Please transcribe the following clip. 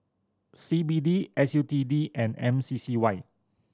C B D S U T D and M C C Y